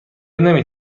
نمی